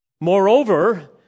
Moreover